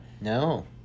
No